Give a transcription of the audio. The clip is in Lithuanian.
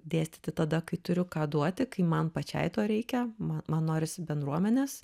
dėstyti tada kai turiu ką duoti kai man pačiai to reikia ma man norisi bendruomenės